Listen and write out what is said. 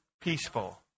peaceful